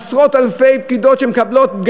עשרות אלפי פקידות שמקבלות,